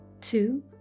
two